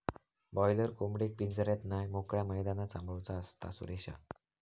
boiler कोंबडेक पिंजऱ्यात नाय मोकळ्या मैदानात सांभाळूचा असता, सुरेशा